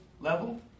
level